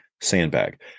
sandbag